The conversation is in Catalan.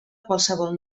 qualsevol